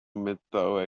metal